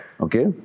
Okay